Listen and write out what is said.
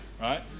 right